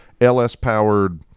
LS-powered